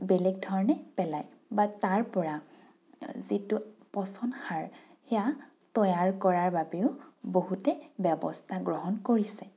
বেলেগ ধৰণে পেলায় বা তাৰ পৰা যিটো পচন সাৰ সেয়া তৈয়াৰ কৰাৰ বাবেও বহুতে ব্যৱস্থা গ্ৰহণ কৰিছে